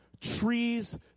trees